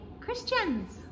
Christians